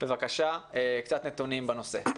בבקשה, קצת נתונים בנושא.